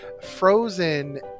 Frozen